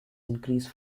increase